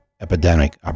epidemic